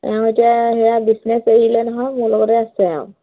এওঁ এতিয়া সেয়া বিজনেছ এৰিলে নহয় মোৰ লগতে আছে এওঁ